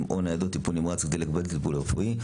או בניידות טיפול נמרץ כדי לקבל טיפול רפואי,